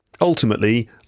ultimately